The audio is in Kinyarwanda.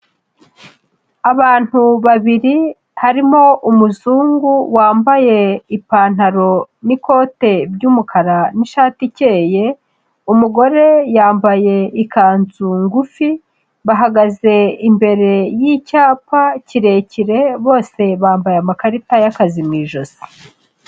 Abantu babiri, harimo umuzungu wambaye ipantaro n'ikote by'umukara n'ishati ikeye, umugore yambaye ikanzu ngufi, bahagaze imbere y'icyapa kirekire bose bambaye amakarita y'akazi mu ijosi.